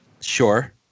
Sure